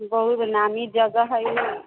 बहुत नामी जगह हइ ओ